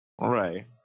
Right